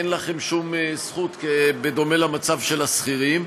אין לכם שום זכות בדומה למצב של השכירים,